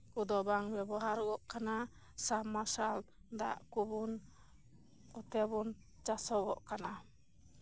ᱠᱚᱫᱚ ᱵᱟᱝ ᱵᱮᱵᱚᱦᱟᱨᱚᱜ ᱠᱟᱱᱟ ᱥᱟᱵᱽᱢᱟᱨᱥᱟᱞ ᱫᱟᱜ ᱠᱚᱵᱚᱱ ᱠᱚᱛᱮᱵᱚᱱ ᱪᱟᱥᱚ ᱜᱚᱜ ᱠᱟᱱᱟ